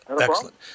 Excellent